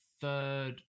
third